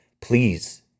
Please